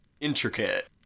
intricate